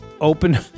open